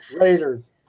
Raiders